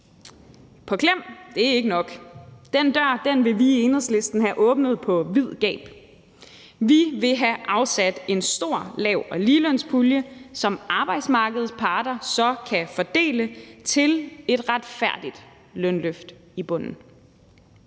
På klem, det er ikke nok. Den dør vil vi i Enhedslisten have åbnet på vid gab. Vi vil have afsat en stor lavt- og ligelønspulje, som arbejdsmarkedets parter så kan fordele til et retfærdigt lønløft i bunden.